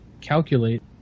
calculate